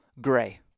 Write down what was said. gray